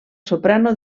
soprano